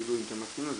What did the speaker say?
אם אתה מסכים לזה,